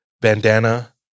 bandana